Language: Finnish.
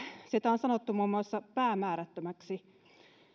sitä on sanottu muun muassa päämäärättömäksi